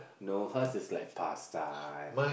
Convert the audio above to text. no her is like pasta and